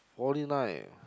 forty nine